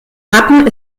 wappen